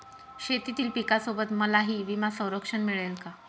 शेतीतील पिकासोबत मलाही विमा संरक्षण मिळेल का?